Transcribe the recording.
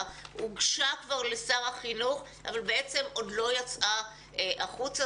הוגשה כבר לשר החינוך אבל עוד לא יצאה החוצה